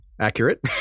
accurate